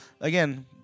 Again